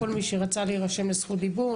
חברת הכנסת מירב בן ארי שעשתה את הדיון החשוב הזה.